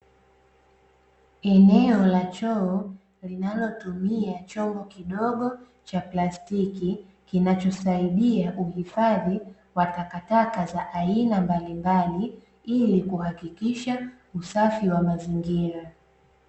Eneo la choo linalotumia chombo kidogo cha plastiki, kinachosaidia uhifadhi wa takataka za aina mbalimbali ili kuhakikisha usafi wa mazingira.